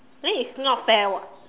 then it's not fair [what]